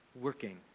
working